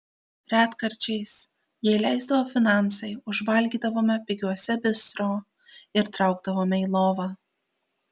retkarčiais jei leisdavo finansai užvalgydavome pigiuose bistro ir traukdavome į lovą